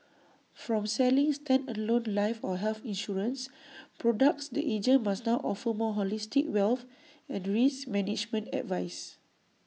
from selling standalone life or health insurance products the agent must now offer more holistic wealth and risk management advice